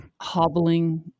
hobbling